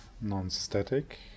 non-static